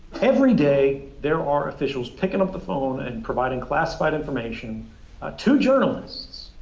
every day there are officials picking up the phone and providing classified information ah to journalists.